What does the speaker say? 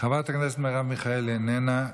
חברת הכנסת מרב מיכאלי, איננה,